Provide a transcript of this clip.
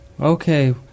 Okay